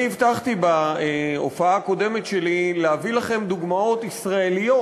אני הבטחתי בהופעה הקודמת שלי להביא לכם דוגמאות ישראליות